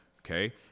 okay